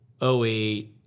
08